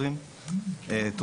בבקשה.